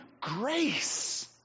grace